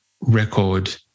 record